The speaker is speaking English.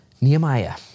Nehemiah